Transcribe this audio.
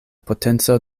potenco